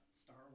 Star